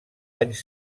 anys